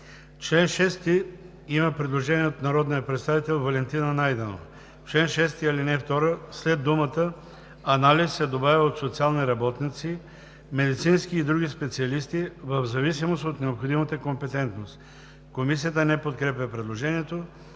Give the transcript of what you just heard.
чл. 6 има предложение от народния представител Валентина Найденова: „В чл. 6, ал. 2 след думата „анализ“ се добавя „от социални работници, медицински и други специалисти в зависимост от необходимата компетентност“.“ Комисията не подкрепя предложението.